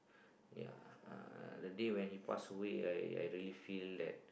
ya uh the day when he passed away I I really feel that